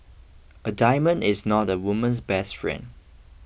a diamond is not a woman's best friend